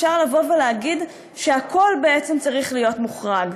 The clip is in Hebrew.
אפשר לבוא ולהגיד שהכול בעצם צריך להיות מוחרג.